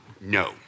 No